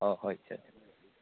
ꯑꯥ ꯍꯣꯏ